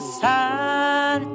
sun